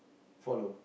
follow